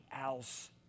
else